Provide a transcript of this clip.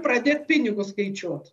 pradėt pinigus skaičiuot